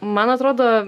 man atrodo